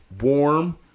Warm